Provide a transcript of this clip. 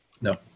No